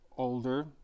Older